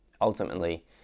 ultimately